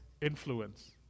influence